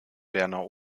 berner